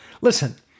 Listen